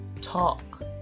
talk